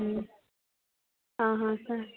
ହୁଁ ହଁ ହଁ ସାର୍